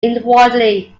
inwardly